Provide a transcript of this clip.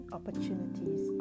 Opportunities